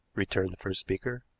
returned the first speaker.